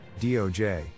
DOJ